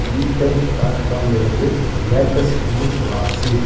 ETimes dot காம்லிருந்து latest news வாசி